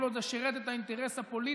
זה היה כל עוד זה שירת את האינטרס הפוליטי